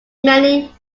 many